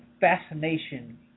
fascination